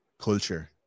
culture